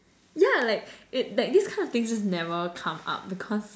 yeah like it like these kinds of things just never come up because